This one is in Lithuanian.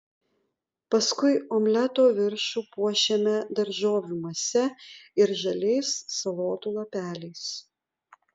paskui omleto viršų puošiame daržovių mase ir žaliais salotų lapeliais